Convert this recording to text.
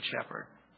shepherd